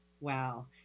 Wow